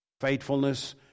Faithfulness